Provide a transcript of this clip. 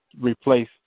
replace